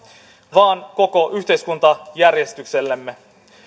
vaan koko yhteiskuntajärjestyksellemme